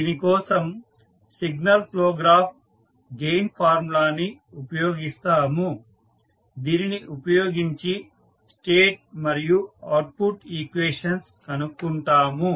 దీని కోసం signal flow graph gain ఫార్ములాని ఉపయోగిస్తాము దీనిని ఉపయోగించి స్టేట్ మరియు అవుట్పుట్ ఈక్వేషన్స్ కనుక్కుంటాము